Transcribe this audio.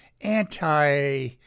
anti